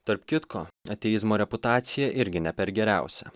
tarp kitko ateizmo reputacija irgi ne per geriausia